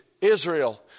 Israel